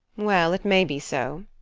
well, it may be so.